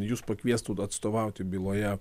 jus pakviestų atstovauti byloje